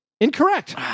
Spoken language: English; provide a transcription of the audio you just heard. incorrect